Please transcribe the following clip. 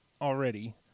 already